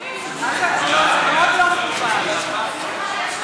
לא עושה את זה.